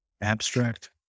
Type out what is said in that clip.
abstract